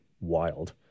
wild